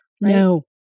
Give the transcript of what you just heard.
No